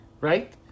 right